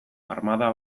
armada